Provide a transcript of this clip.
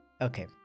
Okay